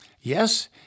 Yes